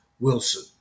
Wilson